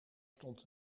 stond